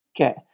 Okay